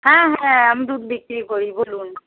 হ্যাঁ হ্যাঁ আমি দুধ বিক্রি করি বলুন